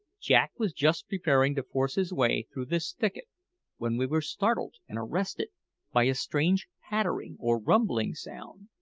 jack was just preparing to force his way through this thicket when we were startled and arrested by a strange pattering or rumbling sound,